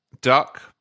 Duck